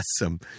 awesome